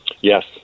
yes